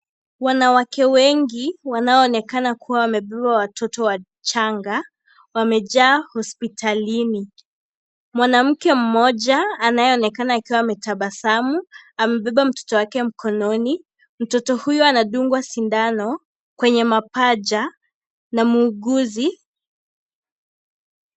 Wanawake wengi, wanaoonekana kuwa wamebeba watoto wachanga, wamejaa hospitalini. Mwanamke mmoja, anayeonekana akiwa ametabasamu amebeba mtoto wake mkononi. Mtoto huyo, anadungwa sindano kwenye mapaja na muuguzi.